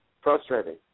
Frustrating